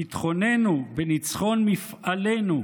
ביטחוננו בניצחון מפעלנו,